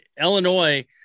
Illinois